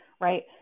right